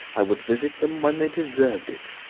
i would visit them when they deserved it.